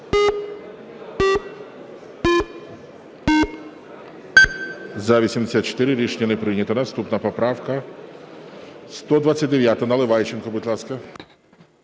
За-84 Рішення не прийнято. Наступна поправка 212, Власенко, будь ласка.